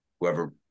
whoever